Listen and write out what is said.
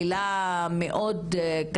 אבל זה הרושם שלי מהדברים שאמרה יעל - עם שלילה